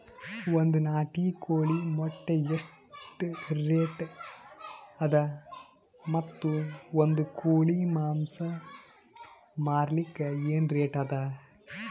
ಒಂದ್ ನಾಟಿ ಕೋಳಿ ಮೊಟ್ಟೆ ಎಷ್ಟ ರೇಟ್ ಅದ ಮತ್ತು ಒಂದ್ ಕೋಳಿ ಮಾಂಸ ಮಾರಲಿಕ ಏನ ರೇಟ್ ಅದ?